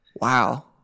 Wow